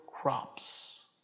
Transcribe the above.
crops